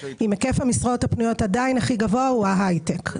עם היקף המשרות הפנויות הכי גבוה הוא ההייטק.